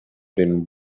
been